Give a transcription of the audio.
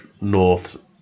north